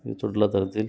இச்சுற்றுலாத்தலத்தில்